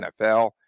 NFL